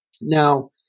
Now